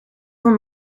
voor